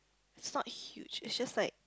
it's not huge it's just like